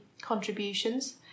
contributions